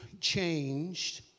changed